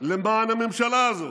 למען הממשלה הזאת.